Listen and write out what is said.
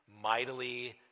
mightily